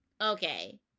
okay